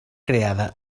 creada